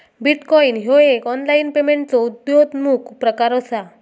bitcoin ह्यो एक online पेमेंटचो उद्योन्मुख प्रकार असा